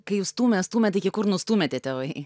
kai jūs stūmė stūmė tai iki kur nustūmė tie tėvai